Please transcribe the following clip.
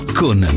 con